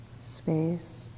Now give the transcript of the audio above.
space